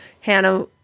Hannah